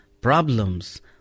problems